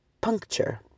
puncture